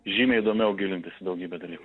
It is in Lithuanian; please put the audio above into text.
žymiai įdomiau gilintis į daugybę dalykų